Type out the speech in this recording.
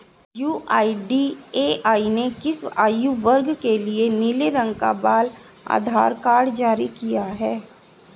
UIDAI ने किस आयु वर्ग के लिए नीले रंग का बाल आधार कार्ड जारी किया है?